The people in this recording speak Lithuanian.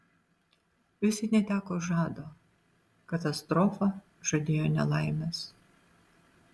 visi neteko žado katastrofa žadėjo nelaimes